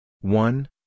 one